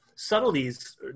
subtleties